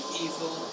evil